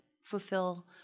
fulfill